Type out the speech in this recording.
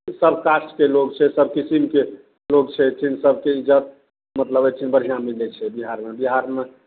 सब कास्टके लोग छै सब किसिमके लोग छै अइठिन सबके इज्जत मतलब अइठिन बढ़िआँ मिलय छै बिहारमे बिहारमे